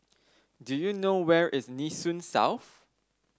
do you know where is Nee Soon South